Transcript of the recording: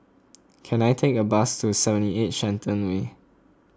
can I take a bus to seventy eight Shenton Way